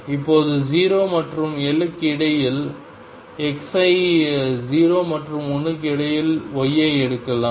இப்போது 0 மற்றும் L க்கு இடையில் x ஐ 0 மற்றும் 1 க்கு இடையில் y ஐ எடுக்கலாம்